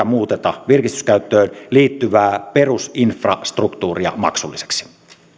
muuteta virkistyskäyttöön liittyvää perusinfrastruktuuria maksulliseksi